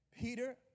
Peter